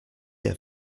der